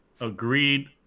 agreed